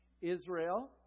Israel